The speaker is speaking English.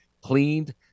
cleaned